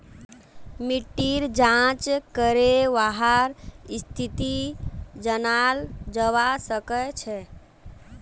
मिट्टीर जाँच करे वहार स्थिति जनाल जवा सक छे